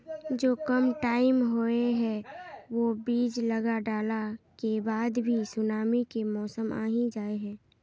जो कम टाइम होये है वो बीज लगा डाला के बाद भी सुनामी के मौसम आ ही जाय है?